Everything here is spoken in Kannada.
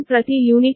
10 ಆಗಿದೆ